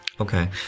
Okay